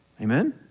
Amen